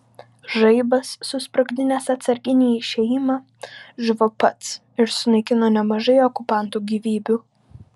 žaibas susprogdinęs atsarginį išėjimą žuvo pats ir sunaikino nemažai okupantų gyvybių